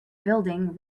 building